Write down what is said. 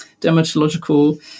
dermatological